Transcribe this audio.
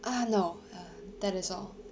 ah no uh that is all